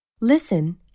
listen